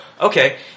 okay